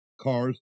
cars